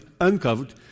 uncovered